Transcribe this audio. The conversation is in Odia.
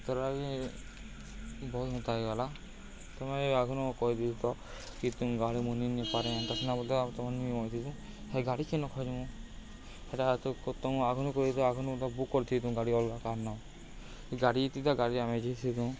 ତର ବଲ୍ ହତା ହୋଇଗଲା ତମେ ଆଗୁ କହିଦି ତ କି ତୁମ ଗାଡ଼ି ମିନି ନିପାରେନ୍ତା ସିନା ବଲେ ଆ ତମେଇଥି ହେ ଗାଡ଼ି କି ନ ଖୋଜମୁ ହେଟା ତ ତମଁ କହି ତୁ ଆଗୁ ତା ବୁକ୍ କରିଥିଲ ତୁ ଗାଡ଼ି ଅଲଗା କାନା ଗାଡ଼ିତି ତା ଗାଡ଼ି ଆମେ ଯେସି ତୁ